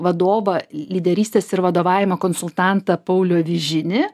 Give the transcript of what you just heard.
vadovą lyderystės ir vadovavimo konsultantą paulių avižinį